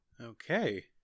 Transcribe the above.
Okay